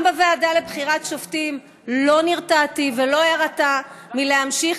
גם בוועדה לבחירת שופטים לא נרתעתי ולא אירתע מלהמשיך